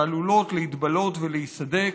שעלולות להתבלות ולהיסדק.